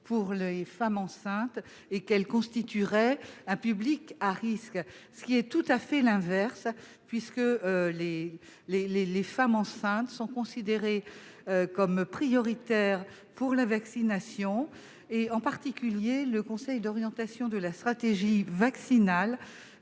pour les femmes enceintes, qui constitueraient un public à risque. Or c'est exactement l'inverse, puisque les femmes enceintes sont considérées comme prioritaires pour la vaccination. En particulier, le conseil d'orientation de la stratégie vaccinale